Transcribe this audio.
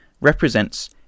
represents